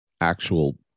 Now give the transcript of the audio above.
actual